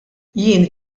jien